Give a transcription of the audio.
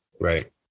right